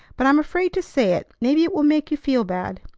but i'm afraid to say it. maybe it will make you feel bad.